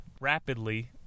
rapidly